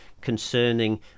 concerning